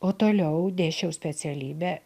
o toliau dėsčiau specialybę